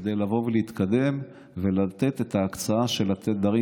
כדי לבוא ולהתקדם ולתת את ההצעה של התדרים,